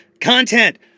content